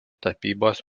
tapybos